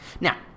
Now